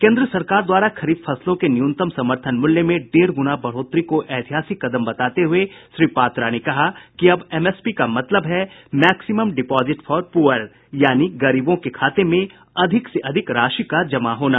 केन्द्र सरकार द्वारा खरीफ फसलों के न्यूनतम समर्थन मूल्य में डेढ़ गुणा बढ़ोतरी को ऐतिहासिक कदम बताते हुए श्री पात्रा ने कहा कि अब एमएसपी का मतलब है मैक्सिमम डिपॉजीट फॉर पुअर यानी गरीबों के खाते में अधिक से अधिक राशि का जमा होना